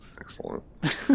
Excellent